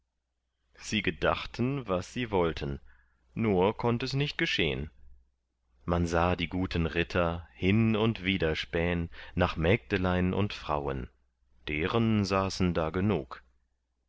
sie gedachten was sie wollten nur konnt es nicht geschehn man sah die guten ritter hin und wider spähn nach mägdelein und frauen deren saßen da genug